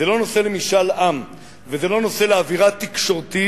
זה לא נושא למשאל עם וזה לא נושא לאווירה תקשורתית,